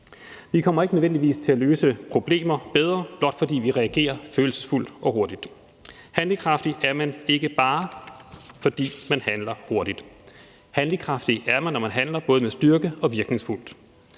Vi kommer ikke nødvendigvis til at løse problemer bedre, blot fordi vi reagerer følelsesfuldt og hurtigt. Handlekraftig er man ikke bare, fordi man handler hurtigt. Handlekraftig er man, når man handler både med styrke og virkningsfuldt.